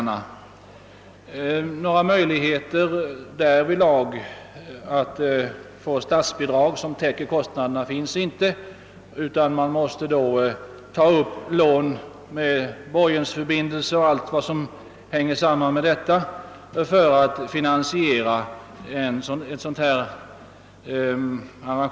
Men det finns inga möjligheter att erhålla statsbidrag för täckande av kostnaderna härför, utan man: är tvungen att låna pengar mot borgensförbindelser — med allt vad det för med sig — för att finansiera förbättringarna.